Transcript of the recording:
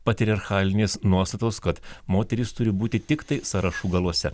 patriarchalinės nuostatos kad moterys turi būti tiktai sąrašų galuose